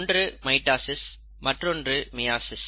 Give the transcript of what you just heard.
ஒன்று மைட்டாசிஸ் மற்றொன்று மியாசிஸ்